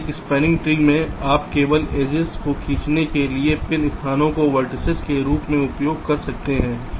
अब एक spanning tree में आप केवल एजिस को खींचने के लिए पिन स्थानों का वेर्तिसेस के रूप में उपयोग कर सकते हैं